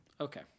Okay